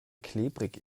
klebrig